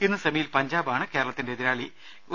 ഇന്ന് സെമിയിൽ പഞ്ചാബാണ് കേരളത്തിന്റെ എതിരാളികൾ